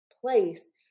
place